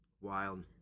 Wild